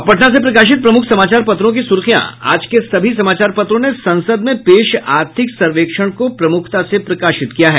अब पटना से प्रकाशित प्रमुख समाचार पत्रों की सूर्खियां आज के सभी समाचार पत्रों ने संसद में पेश आर्थिक सर्वेक्षण को प्रमुखता से प्रकाशित किया है